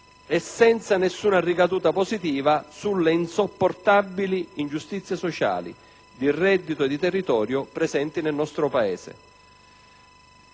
né alcuna ricaduta positiva sulle insopportabili ingiustizie sociali, di reddito e di territorio, presenti nel nostro Paese.